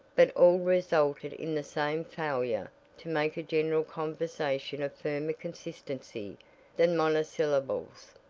but all resulted in the same failure to make a general conversation of firmer consistency than monosyllables.